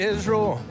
Israel